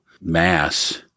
mass